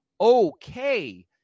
okay